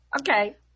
okay